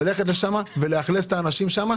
ללכת שם ולאכלס את האנשים שם.